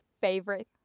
favorite